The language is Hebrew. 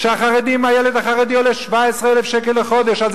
שהילד החרדי עולה 17,000 לחודש על זה